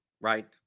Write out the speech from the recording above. Right